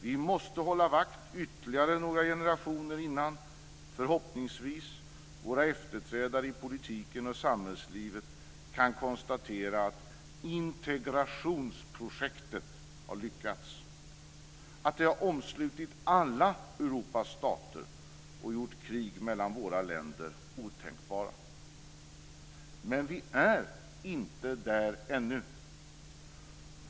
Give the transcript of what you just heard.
Vi måste hålla vakt ytterligare några generationer innan - förhoppningsvis - våra efterträdare i politiken och samhällslivet kan konstatera att integrationsprojektet har lyckats, att det har omslutit alla Europas stater och gjort krig mellan våra länder otänkbara. Men vi är inte där ännu.